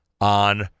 on